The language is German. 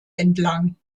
entlang